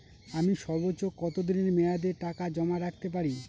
আমি সর্বোচ্চ কতদিনের মেয়াদে টাকা জমা রাখতে পারি?